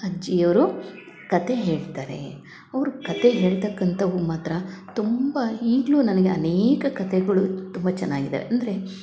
ಅಜ್ಜಿ ಅವರು ಕಥೆ ಹೇಳ್ತಾರೆ ಅವರು ಕತೆ ಹೇಳ್ತಕ್ಕಂತವು ಮಾತ್ರ ತುಂಬ ಈಗಲು ನನಗೆ ಅನೇಕ ಕಥೆಗಳು ತುಂಬ ಚೆನ್ನಾಗಿದೆ ಅಂದರೆ